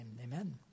amen